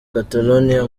catalonia